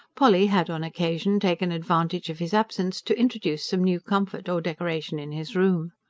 polly had on occasion taken advantage of his absence to introduce some new comfort or decoration in his room.